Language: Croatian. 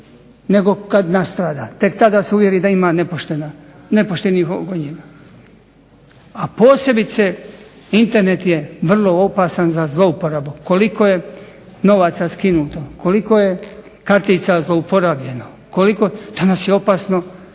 nego kad nastrada tek tada se uvjeri da ima nepoštenih … /Govornik se ne razumije./… A posebice Internet je vrlo opasan za zlouporabu. Koliko je novaca skinuto? Koliko je kartica zlouporabljeno? Danas je opasno